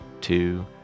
two